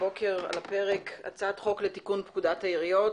ה-11 בנובמבר 2020. הבוקר על הפרק הצעת חוק לתיקון פקודת העיריות,